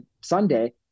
Sunday